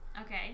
Okay